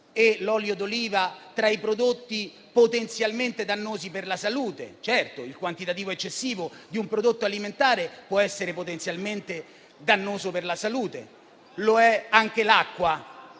e l'olio d'oliva tra i prodotti potenzialmente dannosi per la salute. Certo, il quantitativo eccessivo di un prodotto alimentare può essere potenzialmente dannoso per la salute, ma lo è anche l'acqua